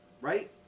Right